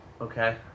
Okay